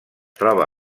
troba